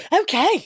okay